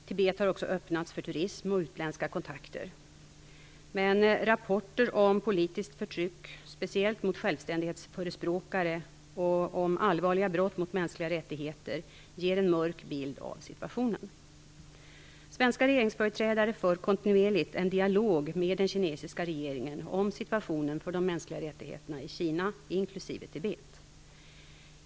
Tibet har också öppnats för turism och utländska kontakter. Men rapporter om politiskt förtryck, speciellt mot självständighetsförespråkare och om allvarliga brott mot mänskliga rättigheter ger en mörk bild av situationen. Svenska regeringsföreträdare för kontinuerligt en dialog med den kinesiska regeringen om situationen för de mänskliga rättigheterna i Kina inklusive i Tibet.